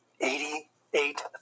Eighty-eight